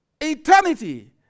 eternity